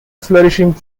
flourishing